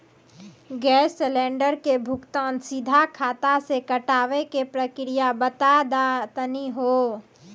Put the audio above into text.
Gas cylinder के भुगतान सीधा खाता से कटावे के प्रक्रिया बता दा तनी हो?